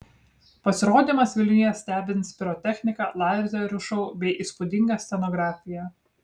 pasirodymas vilniuje stebins pirotechnika lazerių šou bei įspūdinga scenografija